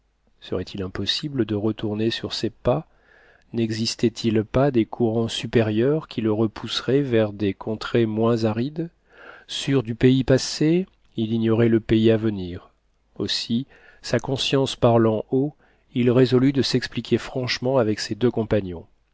serait-il impossible de retourner sur ses pas nexistait il pas des courants supérieurs qui le repousseraient vers des contrées moins arides sûr du pays passé il ignorait le pays à venir aussi sa conscience parlant haut il résolut de s'expliquer franchement avec ses deux compagnons